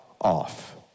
off